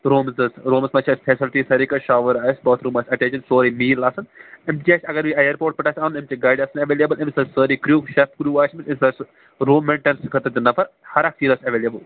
rooms حظ روٗمَس منٛز چھِ اسہِ فیسلٹی ساریٚے شاوَر آسہِ باتھ روٗم آسہِ اٹیٚچِڈ سورُے میٖل آسَن امہِ زیادٕ اگر یہِ اَیَرپوٹ پیٚٹھ آسہِ اَنُن امچہِ گاڑ آسَن ایٚویلیبٕل أمِس آسہِ سورُے کرٛیوٗ شیٚف کرٛیوٗ آسہِ أمِس درسس روٗم مینٛٹیٚنٹیٚنٕس خٲطرٕ تہِ نفر ہَر اکھ چیٖز آسہِ ایٚویلیبٕل